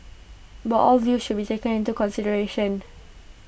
but all views should be taken into consideration